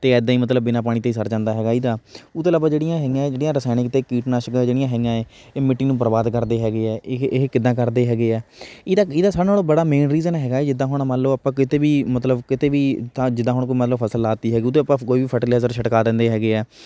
ਅਤੇ ਇੱਦਾਂ ਹੀ ਮਤਲਬ ਬਿਨਾਂ ਪਾਣੀ ਤੋਂ ਹੀ ਸਰ ਜਾਂਦਾ ਹੈਗਾ ਇਹਦਾ ਉਹ ਤੋਂ ਇਲਾਵਾ ਜਿਹੜੀਆਂ ਹੇਇਆਂ ਹੈ ਜਿਹੜੀਆਂ ਰਸਾਇਣਿਕ ਅਤੇ ਕੀਟਨਾਸ਼ਕ ਜਿਹੜੀਆਂ ਹੇਇਆਂ ਹੈ ਇਹ ਮਿੱਟੀ ਨੂੰ ਬਰਬਾਦ ਕਰਦੇ ਹੈਗੇ ਹੈ ਇਹ ਇਹ ਕਿੱਦਾਂ ਕਰਦੇ ਹੈਗੇ ਹੈ ਇਹਦਾ ਇਹਦਾ ਸਾਰੇ ਨਾਲੋਂ ਬੜਾ ਮੇਨ ਰੀਜ਼ਨ ਹੈਗਾ ਹੈ ਜਿੱਦਾਂ ਹੁਣ ਮੰਨ ਲਓ ਆਪਾਂ ਕਿਤੇ ਵੀ ਮਤਲਬ ਕਿਤੇ ਵੀ ਤਾਂ ਜਿੱਦਾਂ ਹੁਣ ਕੋਈ ਮਤਲਬ ਫਸਲ ਲਗਾ ਦਿੱਤੀ ਹੈਗੀ ਉਦੇ ਆਪਾਂ ਕੋਈ ਵੀ ਫਰਟਲਾਈਜ਼ਰ ਛਿੜਕਾਅ ਦਿੰਦੇ ਹੈਗੇ ਹੈ